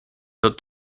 wird